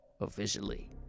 officially